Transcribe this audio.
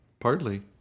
Partly